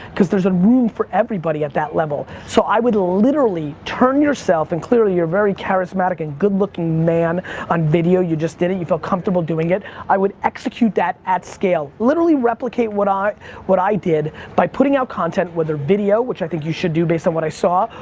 cause there's room for everybody at that level. so i would literally turn yourself, and clearly you're a very charismatic and good-looking man on video, you just did it. you felt comfortable doing it. i would execute that at scale. literally replicate what i what i did by putting out content, whether video, which i think you should do based on what i saw,